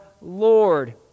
Lord